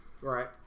Right